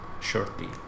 shortly